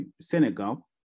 Senegal